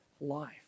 life